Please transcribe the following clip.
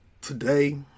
today